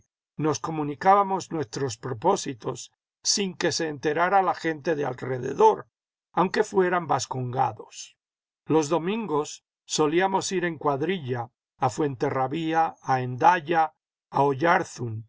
nos comunicábamos nuestros propósitos sin que se enterara la gente de alrededor aunque fueran vascongados los domingos solíamos ir en cuadrilla a fuenterrabía a